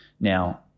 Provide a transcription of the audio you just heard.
Now